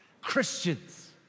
Christians